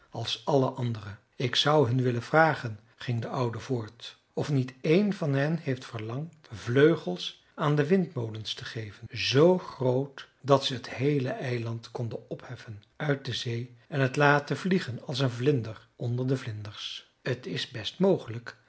als alle andere ik zou hun willen vragen ging de oude voort of niet een van hen heeft verlangd vleugels aan die windmolens te geven z groot dat ze het heele eiland konden opheffen uit de zee en het laten vliegen als een vlinder onder de vlinders t is best mogelijk